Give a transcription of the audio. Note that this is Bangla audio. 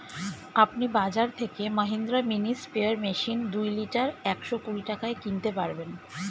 আপনি বাজর থেকে মহিন্দ্রা মিনি স্প্রেয়ার মেশিন দুই লিটার একশো কুড়ি টাকায় কিনতে পারবেন